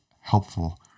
helpful